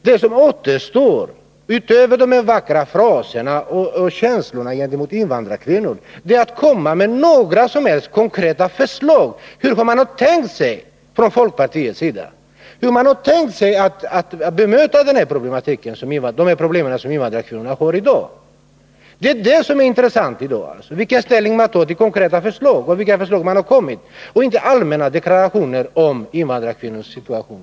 Det som återstår, utöver de här vackra fraserna och den här känslan för invandrarkvinnor, är konkreta förslag om hur folkpartiet har tänkt sig att lösa de problem som invandrarkvinnorna har i dag. Det intressanta i dag är vilken ställning man tar till konkreta förslag som lagts fram — inte allmänna deklarationer om invandrarkvinnornas situation.